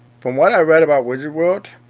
from what i've read about wizard world,